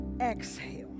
exhale